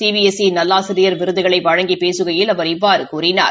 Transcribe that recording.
C B S E நல்லாசிரியர் விருதுகளை வழங்கி பேசுகையில் அவர் இவ்வாறு கூறினார்